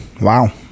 Wow